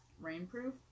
Rainproof